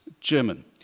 German